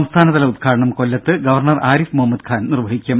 സംസ്ഥാന തല ഉദ്ഘാടനം കൊല്ലത്ത് ഗവർണർ ആരിഫ് മുഹമ്മദ് ഖാൻ നിർവഹിക്കും